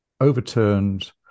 overturned